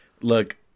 Look